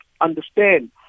understand